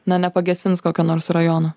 na nepagesins kokio nors rajono